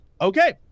okay